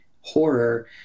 horror